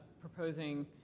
proposing